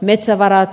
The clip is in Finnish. metsävarat